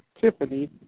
Tiffany